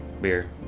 beer